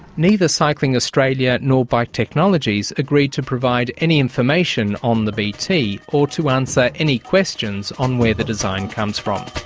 neither cycling australia nor bike technologies agreed to provide any information on the bt, or to answer any questions on where the design comes from.